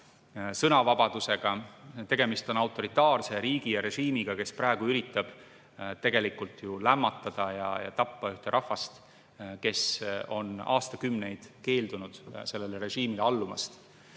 sõnavabadusega. Tegemist on autoritaarse riigi ja režiimiga, kes praegu üritab lämmatada ja tappa ühte rahvast, kes on aastakümneid keeldunud sellele režiimile allumast.